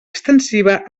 extensiva